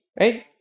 right